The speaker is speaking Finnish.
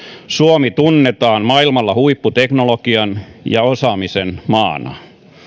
suomi tunnetaan maailmalla huipputeknologian ja osaamisen maana